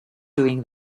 doing